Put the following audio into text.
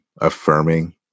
affirming